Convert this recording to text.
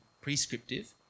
prescriptive